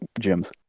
gyms